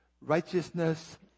righteousness